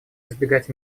избегать